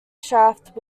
shaft